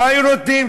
לא היו נותנים.